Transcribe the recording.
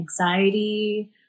anxiety